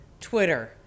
Twitter